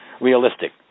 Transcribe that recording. realistic